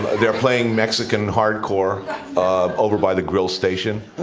they're playing mexican hardcore ah over by the grill station.